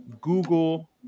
Google